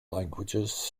languages